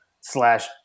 slash